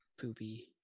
poopy